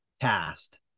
cast